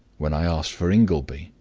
when i asked for ingleby,